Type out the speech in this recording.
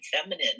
feminine